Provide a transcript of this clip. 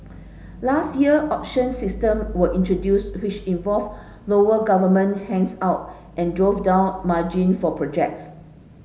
last year auction system were introduced which involved lower government handout and drove down margin for projects